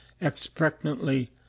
expectantly